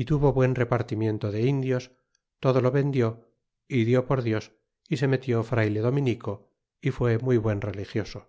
y tuvo buen repartimiento de indios todo lo vendió y dió por dios é se metió frayle dominico y fue muy buen religioso